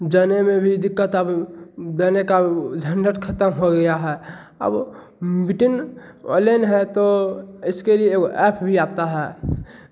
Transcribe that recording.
जाने में भी दिक़्क़त आ का झंझट ख़त्म हो गया है अब मीटिंग ऑनलेन है तो इसके लिए एक वो ऐप भी आता है